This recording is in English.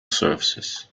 services